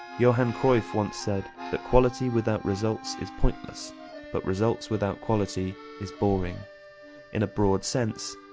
johan cruyff once said that quality without results is pointless but results without quality is boring in a broad sense,